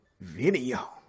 video